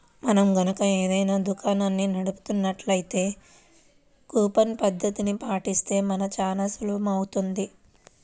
మనం గనక ఏదైనా దుకాణాన్ని నడుపుతున్నట్లయితే కూపన్ పద్ధతిని పాటిస్తే పని చానా సులువవుతుంది